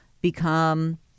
become